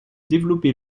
développer